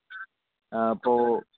ആ അപ്പോൾ